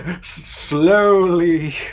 slowly